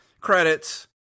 credits